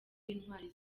intwari